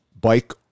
bike